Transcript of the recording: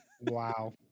Wow